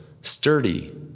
sturdy